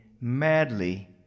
madly